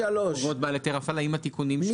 חובות בעל היתר הפעלה עם התיקונים שהוכנסו.